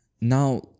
now